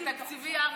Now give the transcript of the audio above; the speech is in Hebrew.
זה תקציבי hardcore.